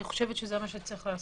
אני חושבת שזה מה שצריך לעשות.